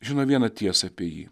žino vieną tiesą apie jį